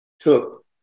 took